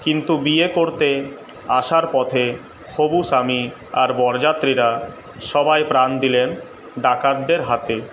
কিন্তু বিয়ে করতে আসার পথে হবু স্বামী আর বরযাত্রীরা সবাই প্রাণ দিলেন ডাকাতদের হাতে